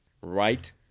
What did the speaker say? Right